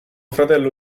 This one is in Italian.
fratello